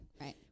right